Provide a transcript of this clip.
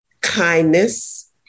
kindness